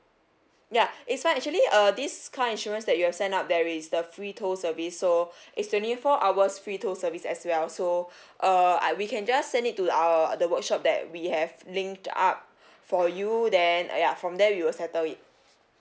ya it's fine actually uh this car insurance that you have sign up there is the free tow service so it's twenty four hours free tow service as well so uh I we can just send it to our the workshop that we have linked up for you then uh ya from there we will settle it